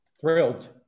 Thrilled